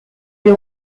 une